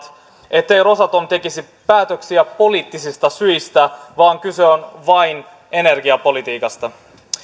ettei rosatom tekisi päätöksiä poliittisista syistä vaan kyse on vain energiapolitiikasta